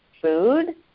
food